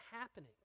happening